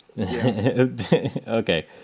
okay